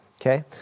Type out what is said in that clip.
okay